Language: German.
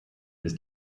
ist